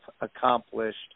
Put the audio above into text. accomplished